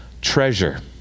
treasure